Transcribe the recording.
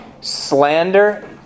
slander